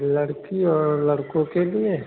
लड़की और लड़कों के लिए